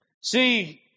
See